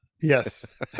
Yes